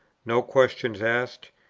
no questions asked?